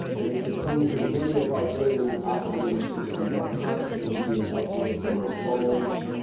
in in conclusion, many of our daily operating systems are constantly being upgraded on our phones,